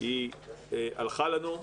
הלכה לנו,